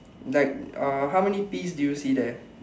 like uh how many peas do you see there